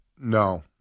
No